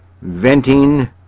venting